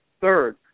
Third